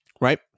Right